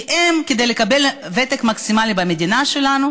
כי אם כדי לקבל ותק מקסימלי במדינה שלנו